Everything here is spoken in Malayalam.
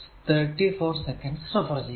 അപ്പോൾ 12 cos 100πt